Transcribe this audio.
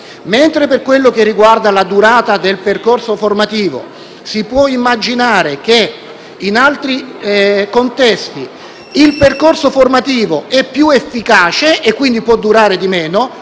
Mentre per quanto riguarda la durata del percorso formativo si può immaginare che in altri contesti il percorso sia più efficace e quindi possa durare di meno,